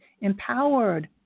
empowered